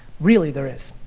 really, there is.